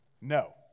No